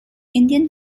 indian